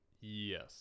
yes